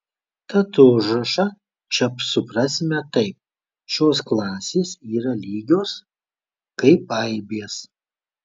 tad užrašą čia suprasime taip šios klasės yra lygios kaip aibės